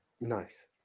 nice